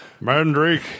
Mandrake